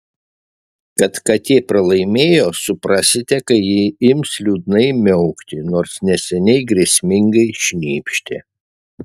kad katė pralaimėjo suprasite kai ji ims liūdnai miaukti nors neseniai grėsmingai šnypštė